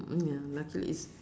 ya luckily it's